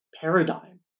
paradigm